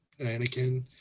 Anakin